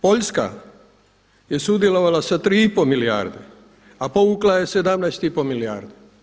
Poljska je sudjelovala sa 3,5 milijarde a povukla je 17,5 milijardi.